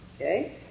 Okay